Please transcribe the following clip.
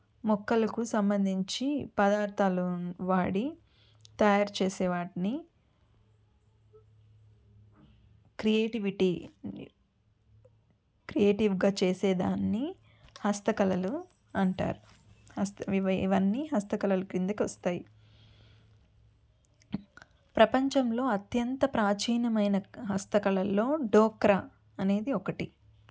మొక్కలకు సంబంధించి పదార్థాలు వాడి తయారు చేసే వాటిని క్రియేటివిటీ క్రియేటివ్గా చేసేదాన్ని హస్తకళలు అంటారు హస్త ఇవన్నీ హస్తకళల కిందకి వస్తాయి ప్రపంచంలో అత్యంత ప్రాచీనమైన హస్తకళల్లో డోక్రా అనేది ఒకటి